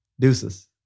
deuces